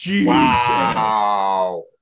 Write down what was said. Wow